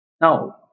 Now